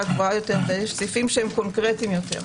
גבוהה יותר ויש סעיפים קונקרטיים יותר.